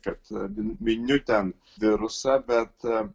kad miniu ten virusą bet